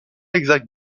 exacte